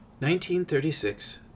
1936